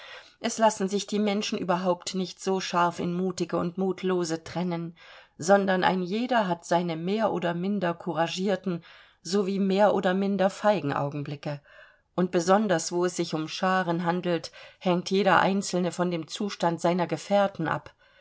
es lassen sich die menschen überhaupt nicht so scharf in mutige und mutlose trennen sondern ein jeder hat seine mehr oder minder kouragierten sowie mehr oder minder feigen augenblicke und besonders wo es sich um scharen handelt hängt jeder einzelne von dem zustand seiner gefährten ab